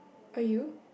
are you